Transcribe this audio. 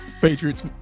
Patriots